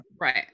Right